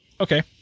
Okay